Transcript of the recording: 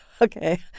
Okay